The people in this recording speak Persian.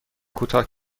کوتاه